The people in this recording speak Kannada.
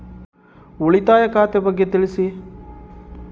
ಉಳಿತಾಯ ಖಾತೆ ಬಗ್ಗೆ ತಿಳಿಸಿ?